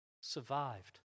survived